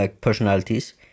personalities